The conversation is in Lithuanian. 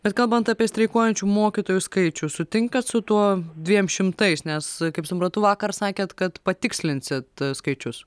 bet kalbant apie streikuojančių mokytojų skaičių sutinkat su tuo dviem šimtais nes kaip suprantu vakar sakėt kad patikslinsit skaičius